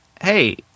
hey